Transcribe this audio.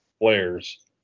players